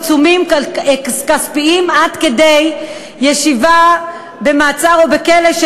עיצומים כספיים עד כדי ישיבת ראש עיר במעצר או בכלא.